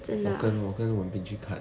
真的 ah